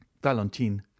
Valentine